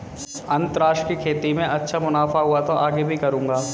अनन्नास की खेती में अच्छा मुनाफा हुआ तो आगे भी करूंगा